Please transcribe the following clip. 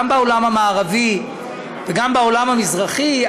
גם בעולם המערבי וגם בעולם המזרחי,